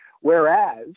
Whereas